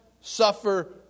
suffer